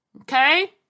Okay